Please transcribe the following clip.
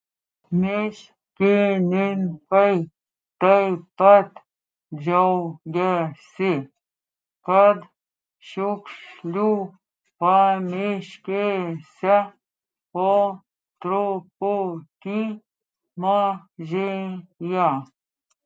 miškininkai taip pat džiaugiasi kad šiukšlių pamiškėse po truputį mažėja